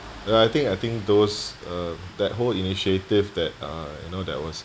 I think I think those uh that whole initiative that uh you know that was